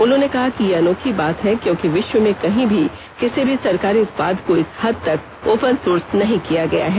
उन्होंने कहा कि यह अनोखी बात है क्योंकि विश्व में कहीं भी किसी भी सरकारी उत्पाद को इस हद तक ओपन सोर्स नहीं किया गया है